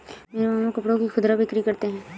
मेरे मामा कपड़ों की खुदरा बिक्री करते हैं